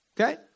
Okay